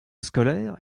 scolaire